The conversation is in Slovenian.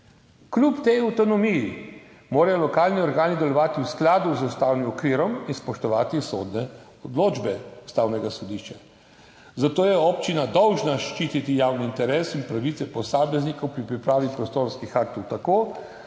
Kljub tej avtonomiji morajo lokalni organi delovati v skladu z ustavnim okvirom in spoštovati sodne odločbe Ustavnega sodišča. Zato je občina dolžna ščititi javni interes in pravice posameznikov pri pripravi prostorskih aktov tako,